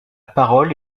parole